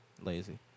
Lazy